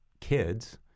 kids